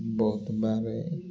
ବହୁତ ବାହାରେ